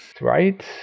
Right